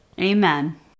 Amen